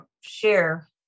share